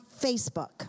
Facebook